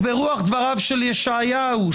וברוח דבריו של ישעיהו,